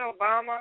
Obama